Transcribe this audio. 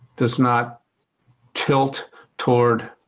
does not tilt toward